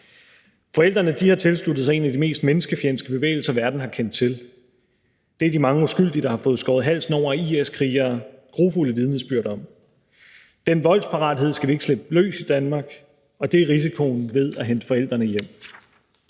Forældrene har tilsluttet sig en af de mest menneskefjendske bevægelser, verden har kendt til. Det er de mange uskyldige, der har fået skåret halsen over af IS-krigere, grufulde vidnesbyrd om. Den voldsparathed skal vi ikke slippe løs i Danmark, og det er risikoen ved at hente forældrene hjem.